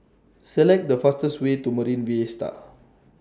Select The fastest Way to Marine Vista